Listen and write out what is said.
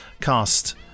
cast